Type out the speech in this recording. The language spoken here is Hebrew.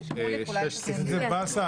לאוספים שאנחנו בונים בכנסת שאנחנו מחויבים לתחזק,